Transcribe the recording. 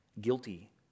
Guilty